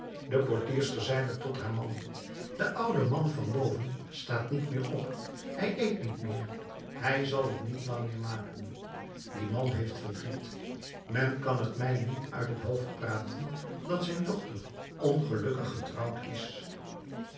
de portierster zeide tot haar man de oude man van boven staat niet meer op hij eet niet meer hij zal t niet lang meer maken die man heeft verdriet men kan t mij niet uit het hoofd praten dat zijn dochter ongelukkig getrouwd is